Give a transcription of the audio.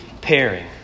pairing